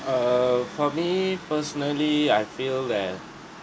err for me personally I feel that